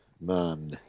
man